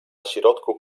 środku